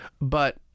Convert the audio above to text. but-